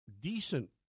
decent